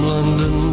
London